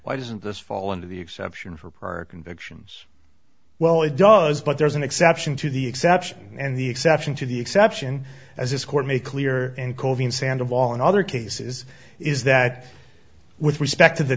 doesn't this fall into the exception for parking fictions well it does but there is an exception to the exception and the exception to the exception as this court made clear in colvin sand of all in other cases is that with respect to the